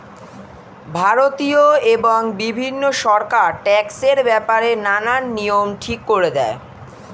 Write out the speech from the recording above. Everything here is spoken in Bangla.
ভারতীয় এবং বিভিন্ন সরকার ট্যাক্সের ব্যাপারে নানান নিয়ম ঠিক করে দেয়